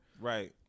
right